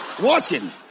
watching